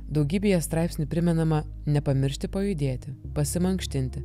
daugybėje straipsnių primenama nepamiršti pajudėti pasimankštinti